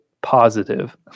positive